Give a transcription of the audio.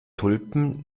tulpen